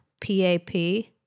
P-A-P